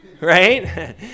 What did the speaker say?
right